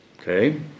Okay